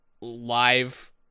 live